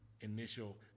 initial